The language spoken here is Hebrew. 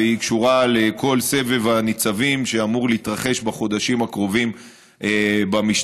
והיא קשורה לכל סבב הניצבים שאמור להתרחש בחודשים הקרובים במשטרה,